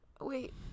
wait